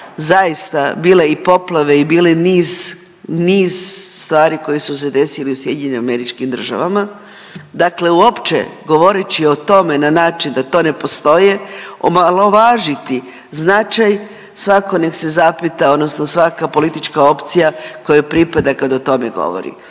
zaista bile i poplave i bile niz, niz stvari koje su se desile u SAD-u, dakle uopće govoreći o tome na način da to ne postoji je omalovažiti značaj. Svatko nek se zapita odnosno svaka politička opcija kojoj pripada kada o tome govori.